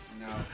no